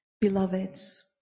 Beloveds